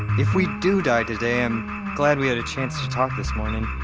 if we do die today, i'm glad we had a chance to talk this morning